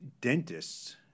dentists